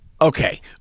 Okay